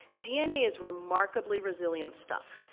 dna is remarkably resilient stuff.